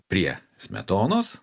prie smetonos